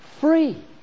free